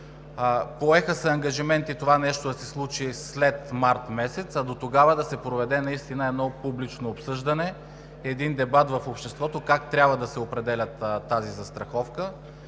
Поеха се ангажименти това да се случи след месец март, а дотогава да се проведе публично обсъждане и дебат в обществото как трябва да се определя тази застраховка.